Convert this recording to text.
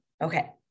Okay